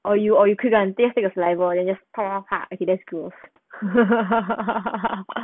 or you or you could untake take a fly lor then just okay that's cool